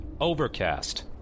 Overcast